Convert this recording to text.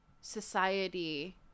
society